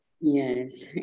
Yes